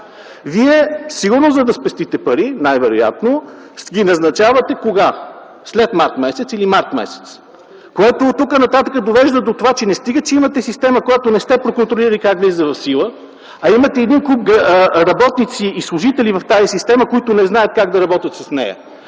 Вие сигурно, за да спестите пари най-вероятно, ги назначавате кога? – След м. март или през м. март, което оттук нататък довежда до това, че не стига, че имате система, която не сте проконтролирали как влиза в сила, а имате един куп работници и служители в тази система, които не знаят как да работят с нея.